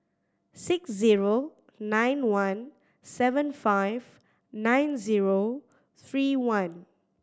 six zero nine one seven five nine zero three one